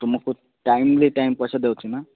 ତୁମକୁ time to time ପଇସା ଦେଉଛି ନା